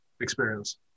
experience